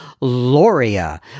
Loria